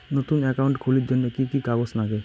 নতুন একাউন্ট খুলির জন্যে কি কি কাগজ নাগে?